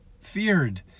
feared